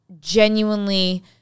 genuinely